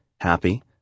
happy